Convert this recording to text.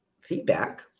feedback